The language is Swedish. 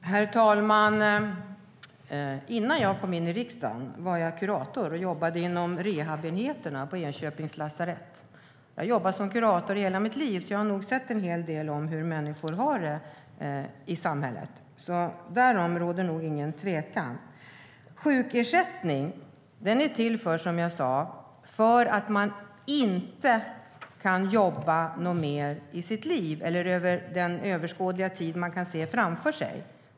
Herr talman! Innan jag kom in i riksdagen var jag kurator och jobbade inom rehabenheterna på Enköpings lasarett. Jag har jobbat som kurator i hela mitt liv, och jag har sett en hel del av hur människor har det i samhället. Därom råder inga tvivel. Sjukersättningen är till för den som inte kan jobba mer i sitt liv eller under en överskådlig tid framåt.